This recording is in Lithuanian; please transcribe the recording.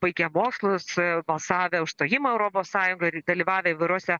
baigę mokslus balsavę už stojimą į europos sąjungą ir dalyvavę įvairiuose